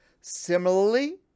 Similarly